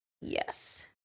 Yes